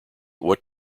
what